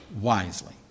wisely